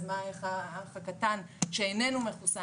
אז איך יגיב האח הקטן שאיננו מחוסן